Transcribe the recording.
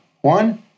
One